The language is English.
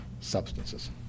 substances